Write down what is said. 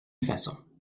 façon